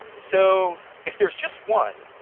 so if there's just one,